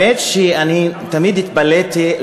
אני תמיד התפלאתי,